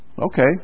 Okay